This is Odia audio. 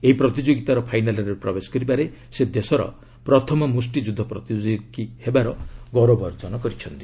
ଏହି ପ୍ରତିଯୋଗୀତାର ଫାଇନାଲ୍ରେ ପ୍ରବେଶ କରିବାରେ ସେ ଦେଶର ପ୍ରଥମ ମ୍ରଷ୍ଟିଯୁଦ୍ଧ ପ୍ରତିଯୋଗୀ ହେବାର ଗୌରବ ଅର୍ଜନ କରିଛନ୍ତି